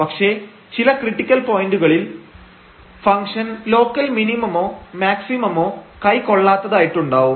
പക്ഷേ ചില ക്രിട്ടിക്കൽ പോയന്റുകളിൽ ഫംഗ്ഷൻ ലോക്കൽ മിനിമമോ മാക്സിമമോ കൈകൊള്ളാത്തതായിട്ടുണ്ടാവും